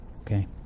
Okay